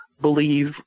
believe